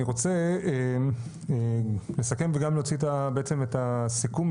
אני רוצה לסכם וגם להוציא בעצם את הסיכום.